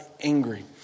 angry